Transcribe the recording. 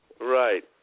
Right